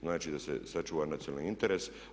Znači da se sačuva nacionalni interes.